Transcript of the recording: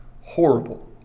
Horrible